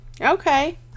Okay